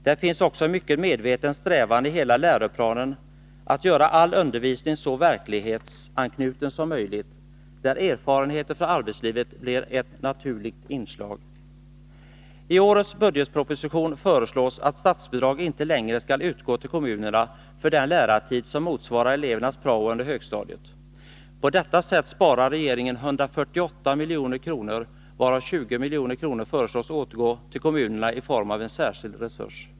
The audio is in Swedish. Det finns också en mycket medveten strävan i hela läroplanen att göra all undervisning så verklighetsanknuten som möjligt, där erfarenheter från arbetslivet blir ett naturligt inslag. I årets budgetproposition föreslås att statsbidrag inte längre skall utgå till kommunerna för den lärartid som motsvarar elevernas prao under högstadiet. På detta sätt sparar regeringen 148 milj.kr., varav 20 milj.kr. föreslås återgå till kommunerna i form av en särskild resurs.